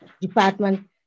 department